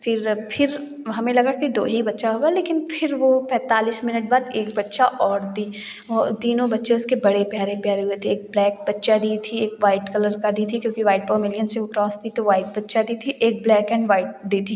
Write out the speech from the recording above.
फ़िर फ़िर हमें लगा कि दो ही बच्चा होगा लेकिन फ़िर वह पैतालीस मिनट बाद एक बच्चा और दी तीनों बच्चे उसके बड़े प्यारे प्यारे हुए थे एक ब्लैक बच्चा दी थी एक वाइट कलर का दी थी क्योंकि व्हाइट पोमेलियन से वह क्रॉस थी तो वाइट बच्चा दी एक ब्लैक एंड वाइट दी थी